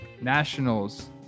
Nationals